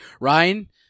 Ryan